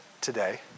today